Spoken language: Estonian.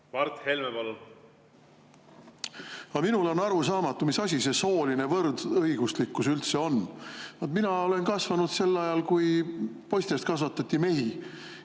vastupidi. Minule on arusaamatu, mis asi see sooline võrdõiguslikkus üldse on. Mina olen kasvanud ajal, kui poistest kasvatati mehi